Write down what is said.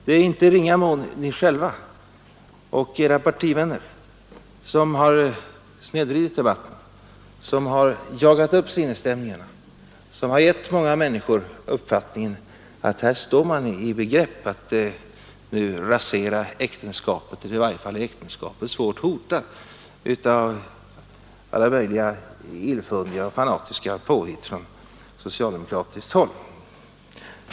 Det är i inte ringa mån ni själva och era partivänner som har snedvridit debatten, som har jagat upp sinnesstämningarna och som har givit många människor uppfattningen att man nu står i begrepp att rasera äktenskapet eller att i varje fall äktenskapet är svårt hotat av alla möjliga illfundiga och fanatiska påhitt från socialdemokratiskt håll.